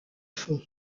fond